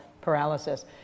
paralysis